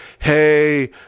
hey